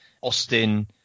Austin